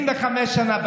25 שנה בעירייה,